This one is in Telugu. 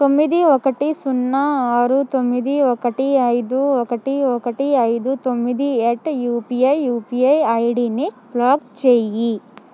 తొమ్మిది ఒకటి సున్నా ఆరు తొమ్మిది ఒకటి ఐదు ఒకటి ఒకటి ఐదు తొమ్మిది అట్ యుపిఐ యుపిఐ ఐడిని బ్లాక్ చేయి